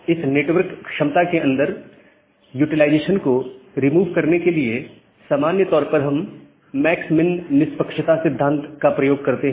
इस नेटवर्क क्षमता के अंडर यूटिलाइजेशन को रिमूव करने के लिए सामान्य तौर पर हम मैक्स मिन निष्पक्षता सिद्धांत का प्रयोग करते हैं